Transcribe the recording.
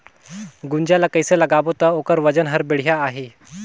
गुनजा ला कइसे लगाबो ता ओकर वजन हर बेडिया आही?